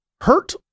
hurt